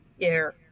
air